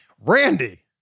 Randy